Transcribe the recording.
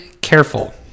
careful